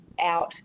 out